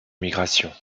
migration